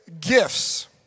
gifts